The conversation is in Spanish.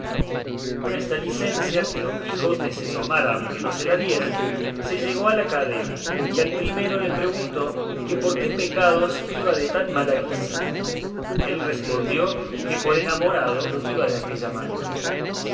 con esta licencia que don quijote se tomara aunque no se la dieran se llegó a la cadena y al primero le preguntó que por qué pecados iba de tan mala guisa él le respondió que por enamorado iba de aquella manera